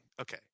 okay